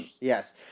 Yes